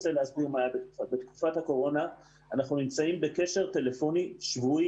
בתקופת הקורונה אנחנו נמצאים בקשר טלפוני שבועי